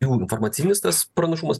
jų informacinis tas pranašumas